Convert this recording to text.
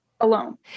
alone